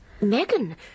Megan